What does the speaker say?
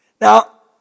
Now